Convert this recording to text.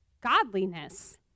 godliness